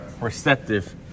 receptive